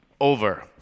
over